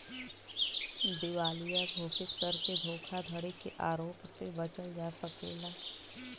दिवालिया घोषित करके धोखाधड़ी के आरोप से बचल जा सकला